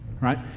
Right